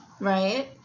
right